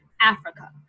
Africa